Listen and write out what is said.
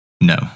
No